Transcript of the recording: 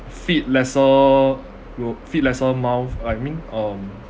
feed lesser you'd feed lesser mouth I mean um